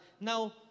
now